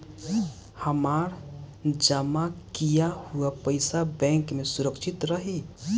हमार जमा किया हुआ पईसा बैंक में सुरक्षित रहीं?